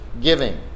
giving